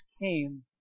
came